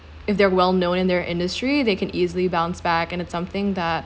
if they are well known in their industry they can easily bounce back and it's something that